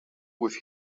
with